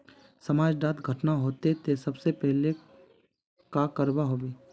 समाज डात घटना होते ते सबसे पहले का करवा होबे?